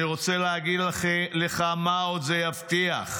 אני רוצה להגיד לך מה עוד זה יבטיח,